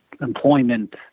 employment